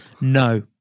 No